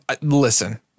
Listen